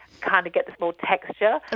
kind of get this whole texture. and